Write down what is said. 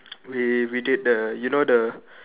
we we did the you know the